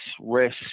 risk